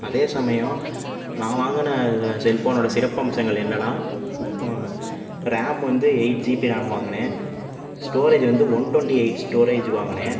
அதே சமயம் நான் வாங்கின செல் ஃபோனோட சிறப்பம்சங்கள் என்னென்னா ரேம் வந்து எயிட் ஜிபி ரேம் வாங்கினேன் ஸ்டோரேஜ் வந்து ஒன் டுவெண்ட்டி எயிட் ஸ்டோரேஜ் வாங்கினேன்